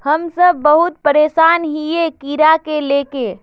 हम सब बहुत परेशान हिये कीड़ा के ले के?